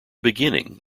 beginning